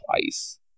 twice